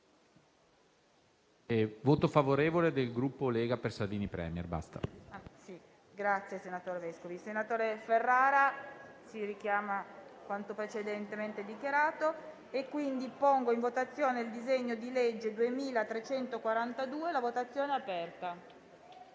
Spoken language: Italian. voto favorevole del Gruppo Lega-Salvini Premier